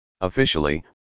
Officially